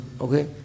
Okay